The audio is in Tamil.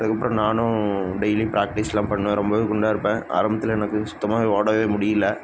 அதுக்கப்புறம் நானும் டெய்லியும் ப்ராக்டிஸ்செல்லாம் பண்ணுவேன் ரொம்பவே குண்டாக இருப்பேன் ஆரம்பத்தில் எனக்கு சுத்தமாகவே ஓடவே முடியல